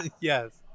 Yes